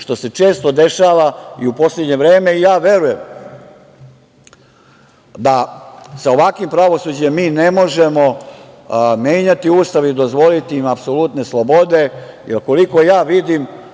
što se često dešava i u poslednje vreme. Verujem da sa ovakvim pravosuđem mi ne možemo menjati Ustav i dozvoliti im apsolutne slobode jer, koliko ja vidim,